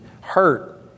hurt